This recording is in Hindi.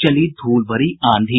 चली धूल भरी आंधी